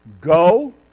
Go